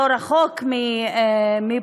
לא רחוק מפה,